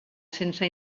sense